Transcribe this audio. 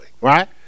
Right